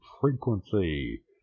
frequency